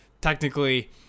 technically